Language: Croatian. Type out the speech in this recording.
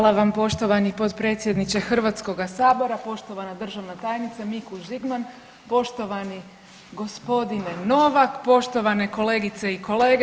Hvala vam poštovani potpredsjedniče Hrvatskoga sabora, poštovana državna tajnice Mikuš-Žigman, poštovani gospodine Novak, poštovane kolegice i kolege.